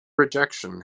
rejection